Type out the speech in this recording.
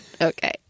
Okay